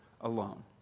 alone